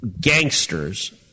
gangsters